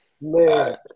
man